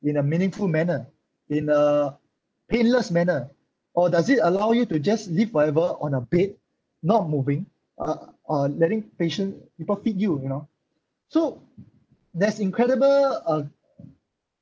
in a meaningful manner in a painless manner or does it allow you to just live forever on a bed not moving uh or letting patient people feed you you know so that's incredible uh